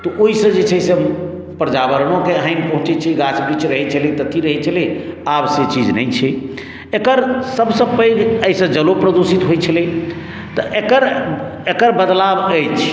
तऽ ओहिसँ जे छै से पर्यावरणोके हानि पहुँचैत छै गाछ वृक्ष रहैत छलै तऽ अथी रहैत छलै आब से चीज नहि छै एकर सभसँ पैघ एहिसँ जलो प्रदूषित होइत छलै तऽ एकर एकर बदलाव अछि